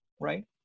right